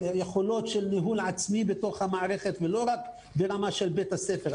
יכולות של ניהול עצמי בתוך המערכת ולא רק ברמה של בית הספר.